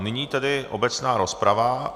Nyní tedy obecná rozprava.